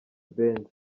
benz